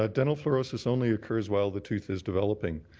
ah dental fluorosis only occurs while the tooth is developing.